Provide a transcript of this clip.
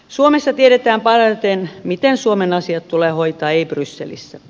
suomessa tiedetään parhaiten miten suomen asiat tulee hoitaa ei brysselissä